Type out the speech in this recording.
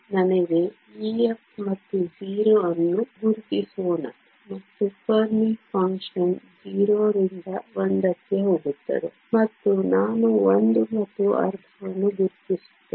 ನನಗೆ EF ಮತ್ತು 0 ಅನ್ನು ಗುರುತಿಸೋಣ ಮತ್ತು ಫೆರ್ಮಿ ಫಂಕ್ಷನ್ 0 ರಿಂದ 1 ಕ್ಕೆ ಹೋಗುತ್ತದೆ ಮತ್ತು ನಾನು 1 ಮತ್ತು ಅರ್ಧವನ್ನು ಗುರುತಿಸುತ್ತೇನೆ